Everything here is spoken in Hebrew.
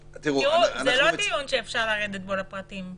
זה לא דיון שאפשר לרדת בדיון הזה לפרטים.